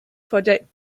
projects